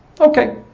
Okay